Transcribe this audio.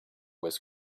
was